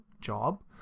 job